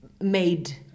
made